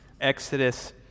exodus